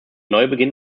neubeginn